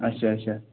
اچھا اچھا